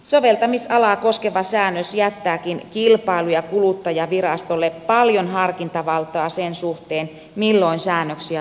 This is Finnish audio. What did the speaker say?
soveltamisalaa koskeva säännös jättääkin kilpailu ja kuluttajavirastolle paljon harkintavaltaa sen suhteen milloin säännöksiä sovelletaan